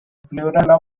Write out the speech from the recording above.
plural